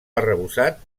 arrebossat